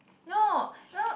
no no